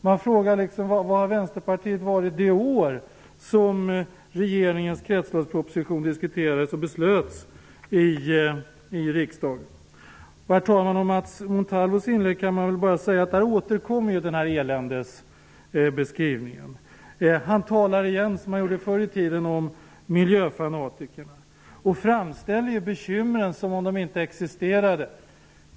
Man frågar sig var Vänsterpartiet har varit det år då regeringens kretsloppsproposition diskuterades och beslutades i riksdagen. Herr talman! Om Max Montalvos inlägg kan man säga att eländesbeskrivningen återkom där. Han talar igen som förr i tiden om miljöfanatiker. Han framställde bekymren som om de inte existerade.